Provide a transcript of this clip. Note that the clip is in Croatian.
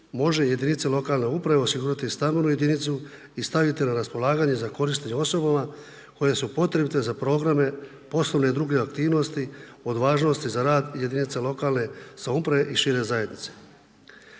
može jedinice lokalne uprave osigurati stambenu jedinicu i staviti na raspolaganje za korištenje osobama koje su potrebite za programe poslovne, druge aktivnosti od važnosti za rad jedinice lokalne samouprave i šire zajednice.